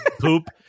poop